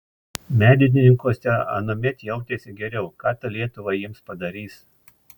medininkuose anuomet jautėsi geriau ką ta lietuva jiems padarys